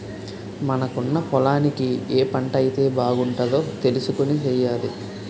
మనకున్న పొలానికి ఏ పంటైతే బాగుంటదో తెలుసుకొని సెయ్యాలి